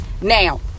now